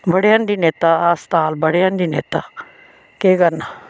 बडे़ हांडी लैता अस्ताल बडे़ हांडी लैता केह् करना